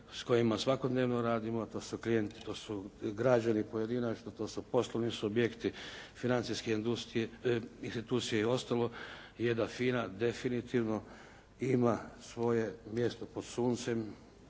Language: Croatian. s kojima svakodnevno radimo to su klijenti, to su građani pojedinačno, to su poslovni subjekti financijske institucije i ostalo je da FINA definitivno ima svoje mjesto pod suncem